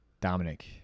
Dominic